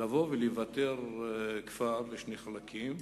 לבוא ולבתר כפר לשני חלקים,